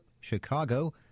Chicago